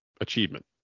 achievement